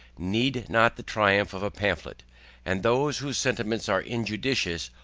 need not the triumph of a pamphlet and those whose sentiments are injudicious,